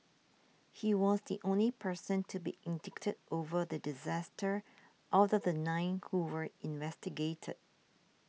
he was the only person to be indicted over the disaster out of the nine who were investigated